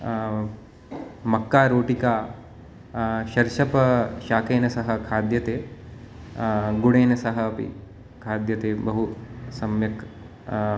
मक्कारोटिका शर्षप शाकेन सह खाद्यते गुडेन सह अपि खाद्यते बहु सम्यक्